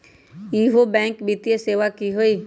इहु बैंक वित्तीय सेवा की होई?